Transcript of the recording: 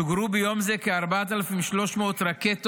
שוגרו ביום זה כ-4,300 רקטות